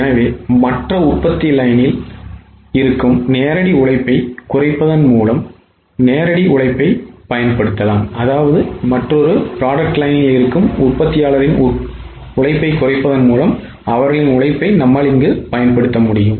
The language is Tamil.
எனவே மற்ற உற்பத்தி லைனில் இருக்கும் நேரடி உழைப்பைப் குறைப்பதன் மூலம் நேரடி உழைப்பைப் பயன்படுத்தலாம்